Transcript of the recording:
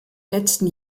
letzten